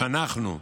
שאנחנו,